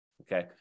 Okay